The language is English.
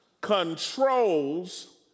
controls